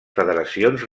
federacions